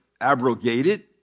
abrogated